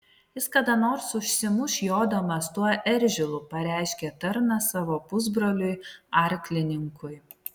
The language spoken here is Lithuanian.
jis kada nors užsimuš jodamas tuo eržilu pareiškė tarnas savo pusbroliui arklininkui